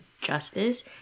justice